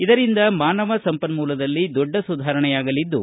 ಇದರಿಂದ ಮಾನವ ಸಂಪನ್ನೂಲದಲ್ಲಿ ದೊಡ್ಡ ಸುಧಾರಣೆಯಾಗಲಿದ್ದು